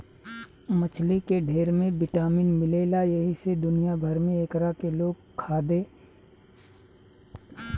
मछली में ढेर विटामिन मिलेला एही से दुनिया भर में एकरा के लोग ज्यादे पसंद से खाला